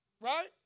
Right